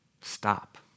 Stop